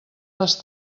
les